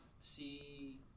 see